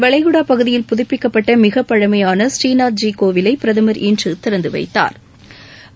வளைஞ்டா பகுதியில் புதப்பிக்கப்பட்ட மிகப்பழமையான ஸ்நீநாத்ஜி கோவிலை பிரதமர் இன்று திறந்து வைத்தாா்